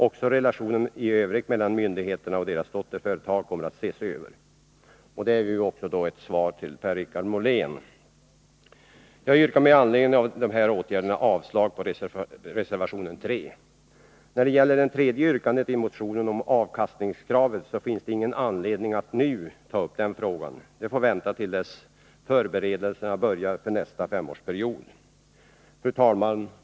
Också relationerna i övrigt mellan myndigheterna och deras dotterföretag kommer att ses över. Det är ett svar också till Per-Richard Molén. Jag yrkar med anledning av dessa åtgärder avslag på reservation nr 3. När det gäller det tredje yrkandet i motionen, om avkastningskravet, finns det ingen anledning att nu ta upp den frågan. Den får vänta till dess förberedelserna börjar för nästa femårsperiod. Fru talman!